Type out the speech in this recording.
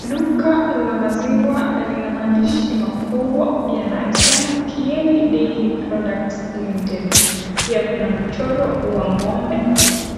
Duka la maziwa lina maandishi makubwa yanayosema Kieni Dairy Product Ltd. Pia kuna mchoro wa ng'ombe,